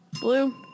blue